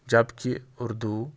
جبکہ اردو